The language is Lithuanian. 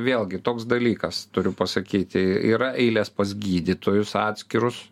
vėlgi toks dalykas turiu pasakyti yra eilės pas gydytojus atskirus